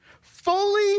fully